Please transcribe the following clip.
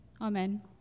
Amen